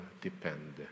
depend